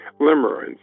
limerence